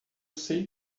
sei